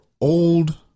old